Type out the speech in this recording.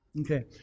Okay